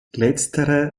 letztere